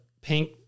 pink